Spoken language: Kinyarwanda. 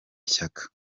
shyaka